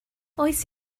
oes